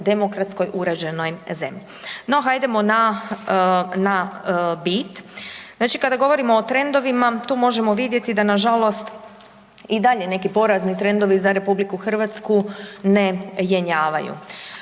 demokratskoj uređenoj zemlji. No, hajdemo na bit. Znači kada govorimo o trendovima, tu možemo vidjeti da nažalost i dalje neki porazni trendovi za RH ne jenjavaju.